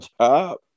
job